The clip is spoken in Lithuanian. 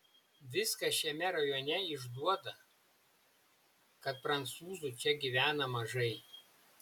viskas šiame rajone išduoda kad prancūzų čia gyvena mažai